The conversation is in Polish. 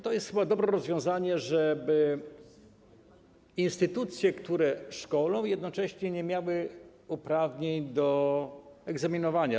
To jest chyba dobre rozwiązanie, żeby instytucje, które szkolą, jednocześnie nie miały uprawnień do egzaminowania.